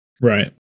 Right